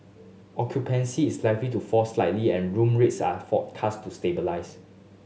occupancy is likely to fall slightly and room rates are forecast to stabilise